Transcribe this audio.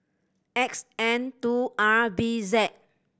X N two R B Z